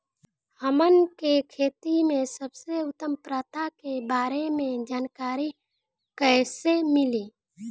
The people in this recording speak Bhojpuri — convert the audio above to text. हमन के खेती में सबसे उत्तम प्रथा के बारे में जानकारी कैसे मिली?